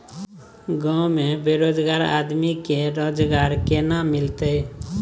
गांव में बेरोजगार आदमी के रोजगार केना मिलते?